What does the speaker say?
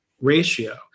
ratio